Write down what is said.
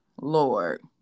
Lord